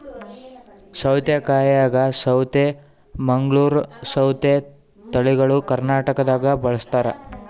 ಸೌತೆಕಾಯಾಗ ಸೌತೆ ಮಂಗಳೂರ್ ಸೌತೆ ತಳಿಗಳು ಕರ್ನಾಟಕದಾಗ ಬಳಸ್ತಾರ